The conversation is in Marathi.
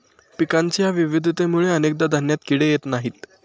पिकांच्या विविधतेमुळे अनेकदा धान्यात किडे येत नाहीत